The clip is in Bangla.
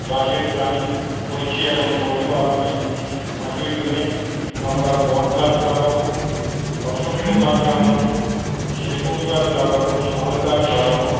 গাছের প্লানিং করেছি এবং করবো আগামী পাঁচই জুনে আমরা বটগাছ লাগাবো অশ্বত্থ গাছ লাগাবো সেগুন গাছ লাগাবো শাল গাছ লাগাবো